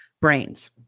brains